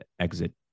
exit